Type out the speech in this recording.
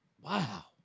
Wow